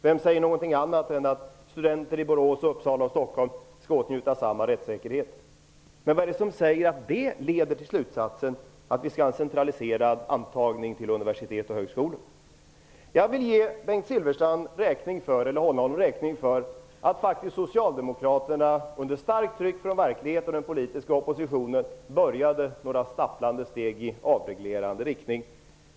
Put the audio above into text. Vem säger någonting annat än att studenter i Borås, Uppsala och Stockholm skall åtnjuta samma rättssäkerhet? Vad är det som säger att det leder till slutsatsen att det skall vara en centraliserad antagning till universitet och högskolor? Jag vill hålla Bengt Silfverstrand räkning för att Socialdemokraterna faktiskt, under starkt tryck från verkligheten och den politiska oppositionen, började ta några stapplande steg i avreglerande riktning.